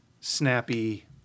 snappy